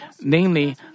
namely